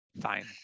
Fine